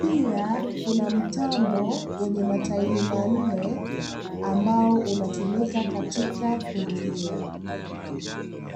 pia kuna mtambo wenye matairi manne ambao unatumika katika kulimia.